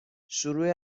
شروع